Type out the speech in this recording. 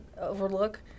overlook